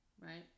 right